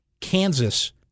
Kansas